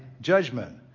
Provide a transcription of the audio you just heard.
judgment